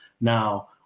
Now